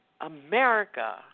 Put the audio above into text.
America